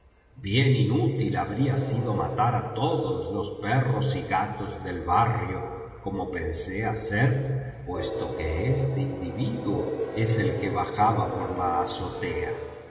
bien inútil habría sido matar á todos los perros y gatos del barrio como pensé hacer puesto que este individuo es el que bajaba por la azotea